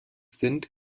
sind